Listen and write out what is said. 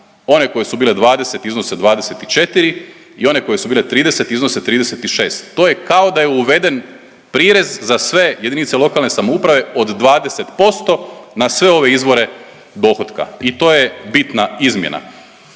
one koje su bile 20 iznose 24 i one koje su bile 30 iznose 36, to je kao da je uveden prirez za sve JLS od 20% na sve ove izvore dohotka i to je bitna izmjena.